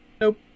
Nope